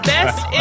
Best